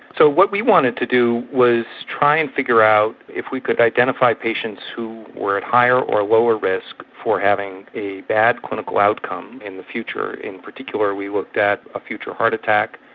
so what we wanted to do was try and figure out if we could identify patients who were at higher or lower risk for having a bad clinical outcome in the future. in particular we looked at a future heart attack,